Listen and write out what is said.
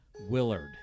Willard